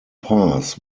pass